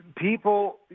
People